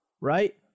right